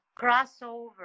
crossover